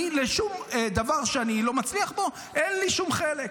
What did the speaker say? בשום דבר שאני לא מצליח בו אין לי שום חלק.